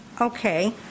Okay